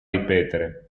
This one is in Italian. ripetere